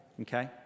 okay